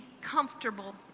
comfortable